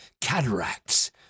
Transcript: cataracts